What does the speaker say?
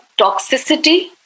toxicity